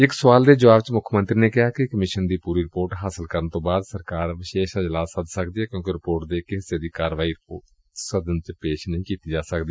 ਇਕ ਸਵਾਲ ਦੇ ਜਵਾਬ ਵਿੱਚ ਮੁੱਖ ਮੰਤਰੀ ਨੇ ਕਿਹਾ ਕਿ ਕਮਿਸ਼ਨ ਦੀ ਪੁਰੀ ਰਿਪੋਰਟ ਹਾਸਲ ਕਰਨ ਤੋਂ ਬਾਅਦ ਹੀ ਸਰਕਾਰ ਵਿਸ਼ੇਸ਼ ਇਜਲਾਸ ਸੱਦ ਸਕਦੀ ਏ ਕਿਊਂਕਿ ਰਿਪੋਰਟ ਦੇ ਇਕ ਹਿੱਸੇ ਦੀ ਕਾਰਵਾਈ ਰਿਪੋਰਟ ਨੂੰ ਸਦਨ ਵਿੱਚ ਪੇਸ਼ ਨਹੀਂ ਕੀਤਾ ਜਾ ਸਕਦਾ